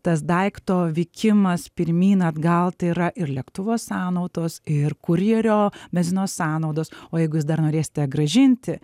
tas daikto vykimas pirmyn atgal tai yra ir lėktuvo sąnaudos ir kurjerio benzino sąnaudos o jeigu jūs dar norėsite grąžinti